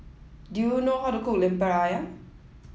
do you know how to cook Lemper Ayam